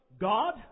God